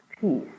peace